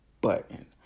button